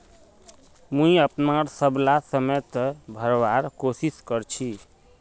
मुई अपनार सबला समय त भरवार कोशिश कर छि